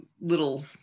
little